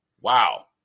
Wow